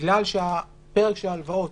בגלל שבפרק של ההלוואות,